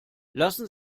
lassen